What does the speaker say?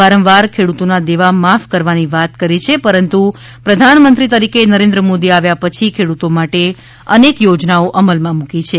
વારંવાર ખેડૂતોના દેવા માફ કરવાની વાત કરી છે પરંતુ પ્રધાનમંત્રી તરીકે નરેન્દ્ર મોદી આવ્યા પછી ખેડૂતો માટેઅનેક યોજનાઓ અમલમાં મૂકી છે